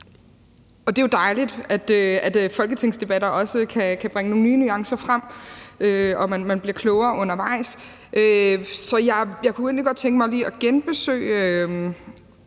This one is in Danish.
Det er jo dejligt, at folketingsdebatter også kan bringe nogle nye nuancer frem, og at man bliver klogere undervejs. Så jeg kunne egentlig godt lige tænke mig lige at genbesøge